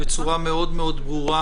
בצורה מאוד ברורה